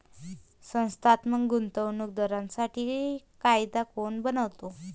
संस्थात्मक गुंतवणूक दारांसाठी कायदा कोण बनवतो?